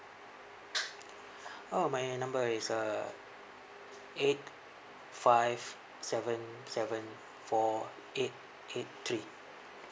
oh my number is uh eight five seven seven four eight eight three